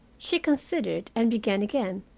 she considered, and began again.